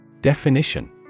Definition